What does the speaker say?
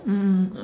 mm